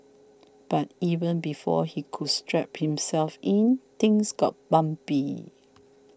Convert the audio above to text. but even before he could strap himself in things got bumpy